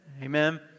Amen